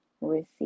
receive